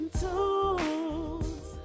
tools